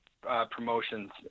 Promotions